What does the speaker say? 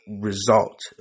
result